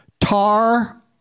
Tar